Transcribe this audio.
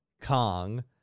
Kong